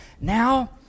Now